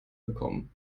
bekommen